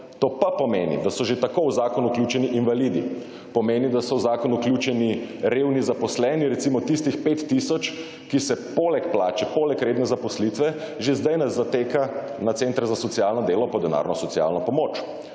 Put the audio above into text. To pa pomeni, da so že tako v zakon vključeni invalidi, pomeni, da so v zakon vključeni revni zaposleni, recimo tistih 5 tisoč, ki se poleg plače, poleg redne zaposlitve že zdaj zateka na center za socialno delo po denarno socialno pomoč.